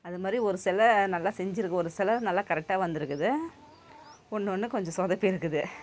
அது மாதிரி ஒரு சில நல்லா செஞ்சுருக்கு ஒரு சிலது நல்லா கரெக்டாக வந்திருக்குது ஒன்று ஒன்று கொஞ்சம் சொதப்பியிருக்குது